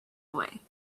away